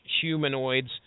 humanoids